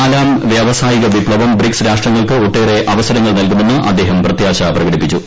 നാലാം വ്യാവസായിക വിപ്തവം ബ്രിക്സ് രാഷ്ട്രങ്ങൾക്ക് ഒട്ടേറെ അവസരങ്ങൾ നൽകുമെന്ന് അദ്ദേഹം പ്രത്യാശ പ്രകടിപ്പിച്ചു